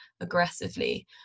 aggressively